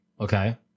Okay